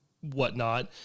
whatnot